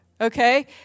okay